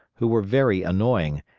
who were very annoying,